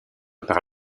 par